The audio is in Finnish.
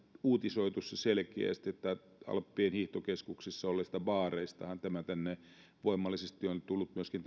uutisoitu se selkeästi että alppien hiihtokeskuksissa olevista baareistahan tämä tänne voimallisesti on tullut myöskin